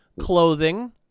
clothing